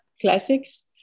classics